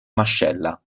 mascella